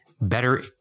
better